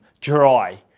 dry